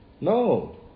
No